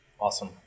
Awesome